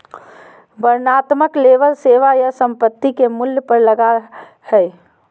वर्णनात्मक लेबल सेवा या संपत्ति के मूल्य पर लगा हइ